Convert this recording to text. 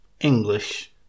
English